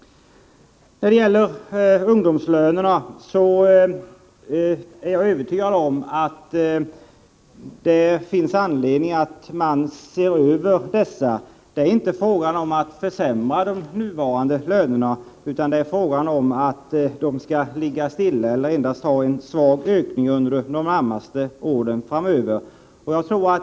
Jag är också övertygad om att det finns anledning att se över ungdomslönerna. Men det är inte fråga om att försämra de nuvarande lönerna, utan de skall ligga stilla eller ha endast en svag ökning under de närmaste åren framöver.